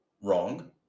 wrong